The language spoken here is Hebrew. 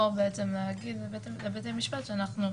או בעצם להגיד לבית המשפט שאנחנו,